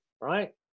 right